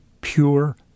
pure